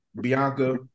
Bianca